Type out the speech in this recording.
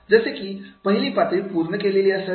जसे की पहिली पातळी पूर्ण केलेली असावी